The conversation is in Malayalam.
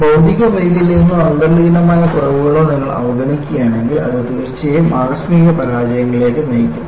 ഭൌതിക വൈകല്യങ്ങളോ അന്തർലീനമായ കുറവുകളോ നിങ്ങൾ അവഗണിക്കുകയാണെങ്കിൽ അത് തീർച്ചയായും ആകസ്മിക പരാജയങ്ങളിലേക്ക് നയിക്കും